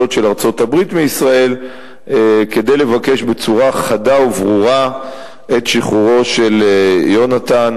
של ארצות-הברית מישראל כדי לבקש בצורה חדה וברורה את שחרורו של יונתן.